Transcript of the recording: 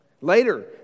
Later